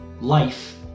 Life